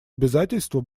обязательства